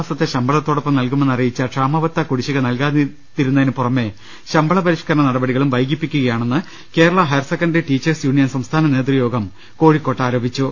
മാസത്തെ ശമ്പളത്തോടൊപ്പം നൽകുമെന്ന് അറിയിച്ച ക്ഷാമബത്ത കുടിശ്ശിക നൽകാതിരുന്നതിന് പുറമേ ശമ്പളപരിഷ്കരണ നടപടികളും വൈകിപ്പിക്കുക യാണെന്ന് കേരള ഹയർസെക്കൻഡറി ടീച്ചേഴ്സ് യൂണിയൻ സംസ്ഥാന നേതൃ യോഗം കോഴിക്കോട്ട് ആരോപിച്ചു